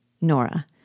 Nora